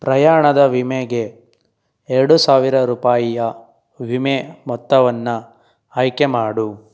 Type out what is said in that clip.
ಪ್ರಯಾಣದ ವಿಮೆಗೆ ಎರಡು ಸಾವಿರ ರೂಪಾಯಿಯ ವಿಮೆ ಮೊತ್ತವನ್ನು ಆಯ್ಕೆ ಮಾಡು